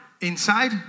Inside